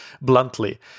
bluntly